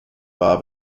bob